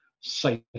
safe